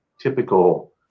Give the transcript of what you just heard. typical